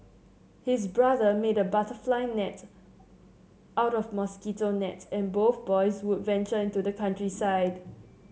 his brother made a butterfly net out of mosquito net and both boys would venture into the countryside